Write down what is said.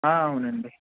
అవును అండి